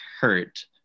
hurt